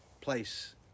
place